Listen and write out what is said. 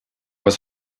was